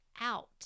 out